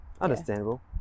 understandable